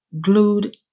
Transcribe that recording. glued